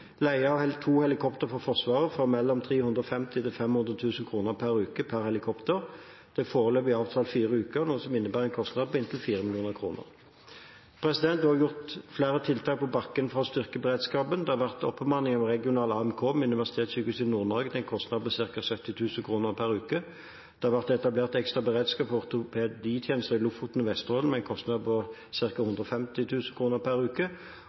leie av to helikoptre fra Forsvaret for mellom 350 000 og 500 000 kr per uke per helikopter. Det er foreløpig avtalt fire uker, noe som innebærer en kostnad på inntil 4 mill. kr. Det er også satt i verk flere tiltak på bakken for å styrke beredskapen. Det har vært en oppbemanning av regional AMK ved Universitetssykehuset i Nord-Norge til en kostnad på ca. 70 000 kr per uke. Det er etablert ekstra beredskap for ortopeditjeneste i Lofoten og Vesterålen til en kostnad på ca. 150 000 kr per uke.